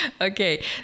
okay